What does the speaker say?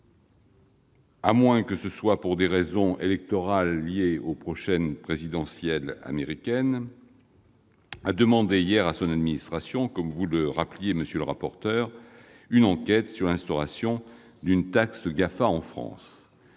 à moins que ce ne soit pour des raisons électorales liées à l'approche de l'élection présidentielle américaine, a demandé hier à son administration, comme vous l'avez rappelé, monsieur le rapporteur, une enquête sur l'instauration d'une taxe GAFA en France.